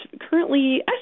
currently